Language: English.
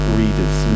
readers